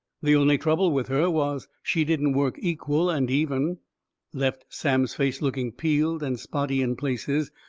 the only trouble with her was she didn't work equal and even left sam's face looking peeled and spotty in places.